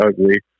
ugly